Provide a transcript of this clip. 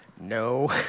No